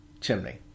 chimney